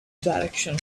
direction